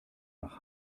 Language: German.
nach